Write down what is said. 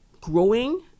growing